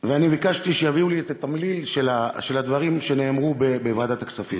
אני ביקשתי שיביאו לי את התמליל של הדברים שנאמרו בוועדת הכספים.